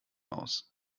aus